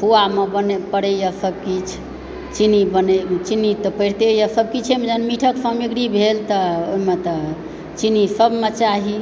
पूआमे पड़ैया सब किछु चीनी बनय चीन्नी तऽ पड़िते अछि जहन मीठके सामग्री भेल तऽ ओहिमे त ऽचीनी सबमे चाही